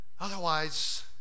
Otherwise